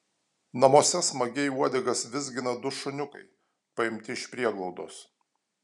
namuose smagiai uodegas vizgina du šuniukai paimti iš prieglaudos